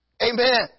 Amen